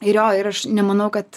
ir jo ir aš nemanau kad